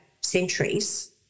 centuries